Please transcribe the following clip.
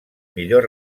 millor